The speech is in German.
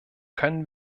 können